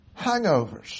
hangovers